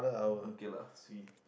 okay lah sweet